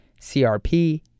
CRP